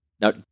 Now